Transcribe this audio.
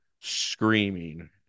screaming